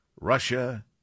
Russia